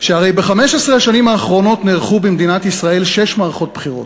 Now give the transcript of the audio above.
שהרי ב-15 השנים האחרונות נערכו במדינת ישראל שש מערכות בחירות,